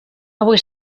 avui